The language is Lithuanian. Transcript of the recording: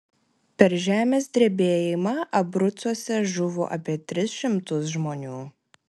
per žemės drebėjimą abrucuose žuvo apie tris šimtus žmonių